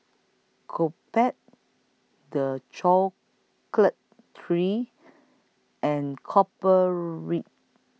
Co Pet The Chocolate Trees and Copper Ridge